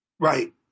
right